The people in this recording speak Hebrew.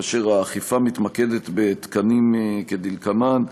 כאשר האכיפה מתמקדת בתקנים היא כדלקמן: